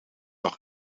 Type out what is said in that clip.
nog